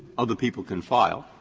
other people can file,